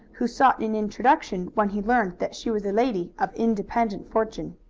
who sought an introduction when he learned that she was a lady of independent fortune.